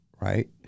right